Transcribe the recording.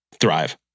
thrive